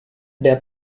der